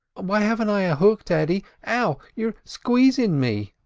why haven't i a hook, daddy ow, you're squeezin' me!